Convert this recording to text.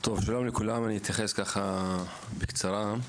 אתייחס בקצרה.